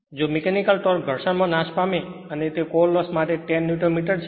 જો mechanical torque ઘર્ષણમાં નાશ પામે અને તે કોર લોસ માટે 10 ન્યુટન મીટર છે